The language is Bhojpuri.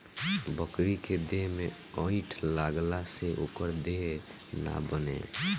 बकरी के देह में अठइ लगला से ओकर देह ना बने